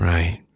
Right